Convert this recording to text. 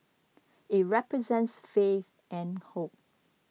it represents faith and hope